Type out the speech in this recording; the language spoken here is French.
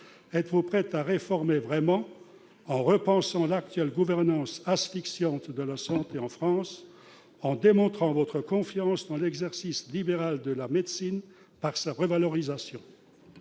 Êtes-vous prête à réformer vraiment, en repensant l'actuelle gouvernance asphyxiante de la santé en France, en démontrant votre confiance dans l'exercice libéral de la médecine par sa revalorisation ?